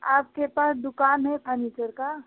आपके पास दुकान है फर्नीचर की